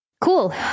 cool